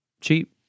cheap